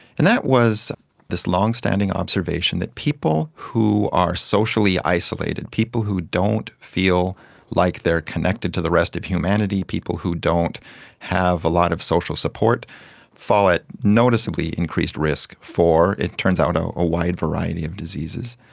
and that was this long-standing observation that people who are socially isolated, people who don't feel like they are connected to the rest of humanity, people who don't have a lot of social support fall at a noticeably increased risk for, it turns out, ah a wide variety of diseases.